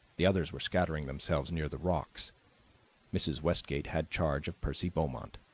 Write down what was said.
the others were scattering themselves near the rocks mrs. westgate had charge of percy beaumont.